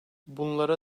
bunlara